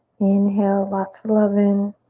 inhale lots of love in.